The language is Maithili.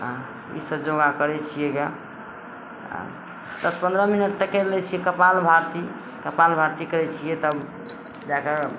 आओर ईसब योगा करय छियै गए दस पन्द्रह मिनट तऽ करि लै छियै कपाल भाती कपाल भाती करय छियै तब जा कऽ